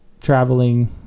traveling